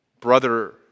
brother